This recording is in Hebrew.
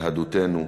יהדותנו.